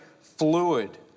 fluid